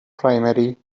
primary